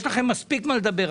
יש לכם מספיק על מה לדבר.